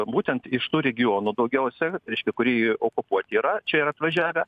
būtent iš tų regionų daugiausia reiškia kurie okupuoti yra čia yra atvažiavę